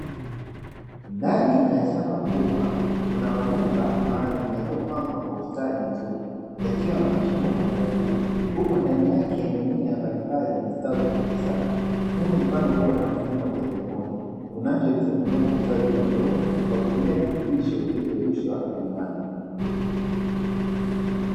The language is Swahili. Ndani ya shamba kubwa kuna mabomba maalumu yaliyopangwa kwa ustadi mzuri, yakiwa na mashimo upande wa juu. Huku ndani yake mimea mbalimbali imestawi vizuri sana; huu ni mfano wa kilimo cha haidroponi unachowezesha mimea kustawi bila udongo, kwa kutumia virutubisho vilivyoyeyushwa kwenye maji.